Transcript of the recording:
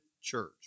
church